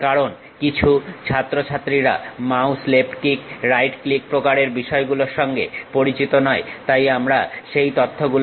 কারণ কিছু ছাত্র ছাত্রীরা mouse left click right click প্রকারের বিষয়গুলোর সঙ্গে পরিচিত নয় তাই আমরা সেই তথ্যগুলো পুনরায় বলতে চলেছি